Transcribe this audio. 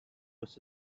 was